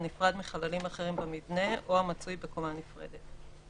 הנפרד מחללים אחרים במבנה או המצוי בקומה נפרדת.